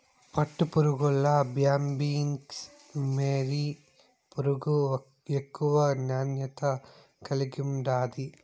పట్టుపురుగుల్ల Bombyx mori పురుగు ఎక్కువ నాణ్యత కలిగుండాది